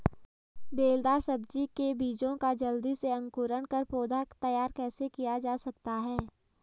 बेलदार सब्जी के बीजों का जल्दी से अंकुरण कर पौधा तैयार कैसे किया जा सकता है?